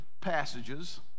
passages